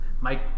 Mike